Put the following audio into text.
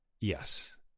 Yes